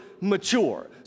mature